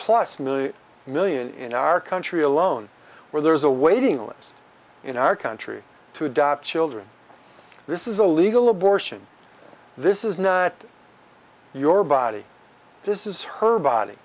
plus million million in our country alone where there is a waiting list in our country to adopt children this is a legal abortion this is not your body this is her body